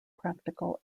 practical